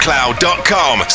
Cloud.com